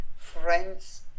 friends